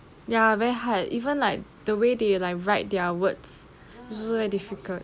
ya very hard even like the way they like write their words so damn difficult